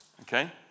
Okay